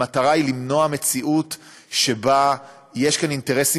המטרה היא למנוע מציאות שבה יש כאן אינטרסים